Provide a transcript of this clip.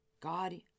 God